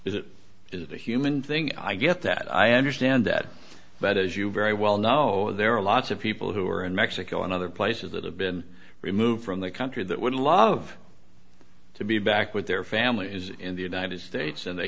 is it is a human thing i get that i understand that but as you very well know there are a lot of people who are in mexico and other places that have been removed from the country that would love to be back with their families in the united states and they